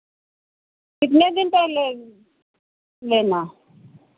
कितने दिन पहले लेना